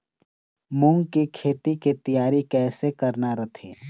मूंग के खेती के तियारी कइसे करना रथे?